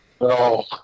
No